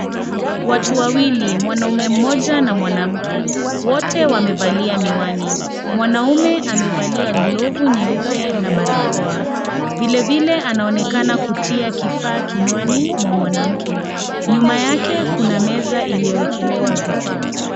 Watu wawili, Mwanaume mmoja na mwanamke wote wamevalia miwani. Mwanaume amevalia glovu nyeupe na barakoa vilevile anaonekana kutia kifaa kinywani mwa mwanamke. Nyuma yake kuna meza ilioekelewa vifaa.